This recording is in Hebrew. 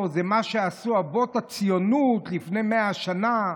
זה מה שעשו אבות הציונות לפני 100 שנה,